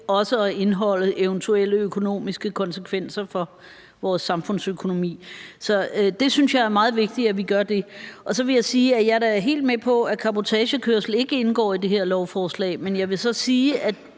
til at indeholde de eventuelle økonomiske konsekvenser for vores samfundsøkonomi. Så det synes jeg er meget vigtigt at vi gør. Så vil jeg sige, at jeg er helt med på, at cabotagekørsel ikke indgår i det her lovforslag. Men jeg vil så sige, at